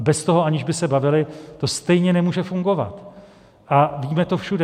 Bez toho, aniž by se bavili, to stejně nemůže fungovat, a vidíme to všude.